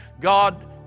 God